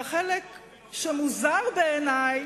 והחלק שמוזר בעיני,